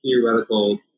theoretical